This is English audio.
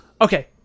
Okay